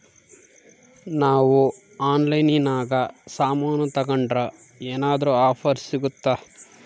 ನಾವು ಆನ್ಲೈನಿನಾಗ ಸಾಮಾನು ತಗಂಡ್ರ ಏನಾದ್ರೂ ಆಫರ್ ಸಿಗುತ್ತಾ?